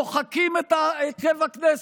מוחקים את הרכב הכנסת,